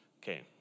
Okay